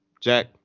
Jack